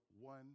one